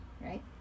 right